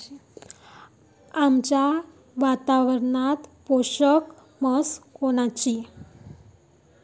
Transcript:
आमच्या वातावरनात पोषक म्हस कोनची?